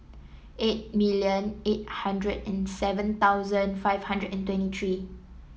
eight million eight hundred and seven thousand five hundred and twenty three